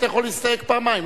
אתה יכול להסתייג פעמיים,